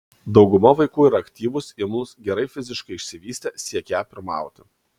dauguma vaikų yra aktyvūs imlūs gerai fiziškai išsivystę siekią pirmauti